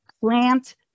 plant